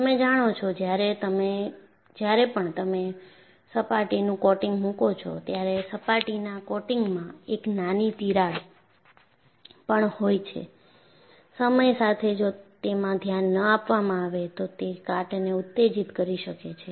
તમે જાણો છો જ્યારે પણ તમે સપાટીનું કોટિંગ મૂકો છોત્યારે સપાટીના કોટિંગમાં એક નાની તિરાડ પણ હોય છે સમય સાથે જો તેમાં ધ્યાન ન આપવામાં આવે તો તે કાટને ઉત્તેજિત કરી શકે છે